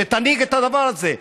שתנהיג את הדבר הזה.